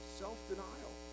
self-denial